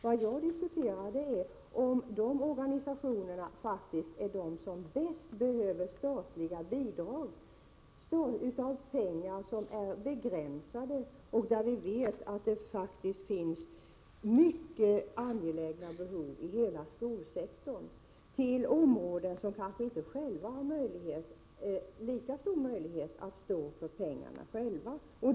Vad jag diskuterar är huruvida de organisationerna faktiskt är de som bäst behöver statliga bidrag av pengar som är begränsade. Vi vet att det finns mycket angelägna behov inom hela skolsektorn på områden, där man kanske inte har lika stor möjlighet att själv tillskjuta pengar.